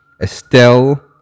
Estelle